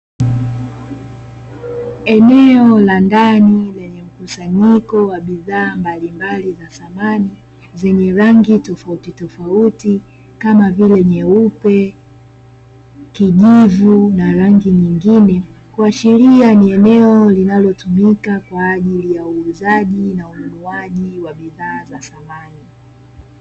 Eneo la ndani na ni mkusanyiko wa bidhaa mbalimbali za zamani zenye rangi tofauti tofauti kama vile ni unyeupe ,kijivu na rangi zingine kuashiria ni eneo linalotuvuta kwa ajili ya uuzaji na ulinunuaji wa bidhaa za zamani.